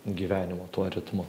gyvenimo tuo ritmu